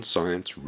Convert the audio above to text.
Science